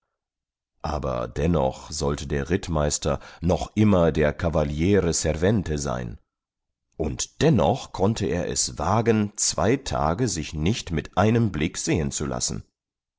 aber dennoch sollte der rittmeister noch immer der cavaliere servente sein und dennoch konnte er es wagen zwei tage sich nicht mit einem blick sehen zu lassen